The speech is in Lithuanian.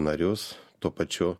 narius tuo pačiu